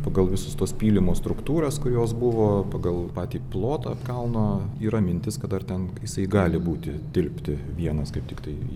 pagal visus tuos pylimo struktūras kurios buvo pagal patį plotą kalno yra mintis kad dar ten jisai gali būti tilpti vienas kaip tiktai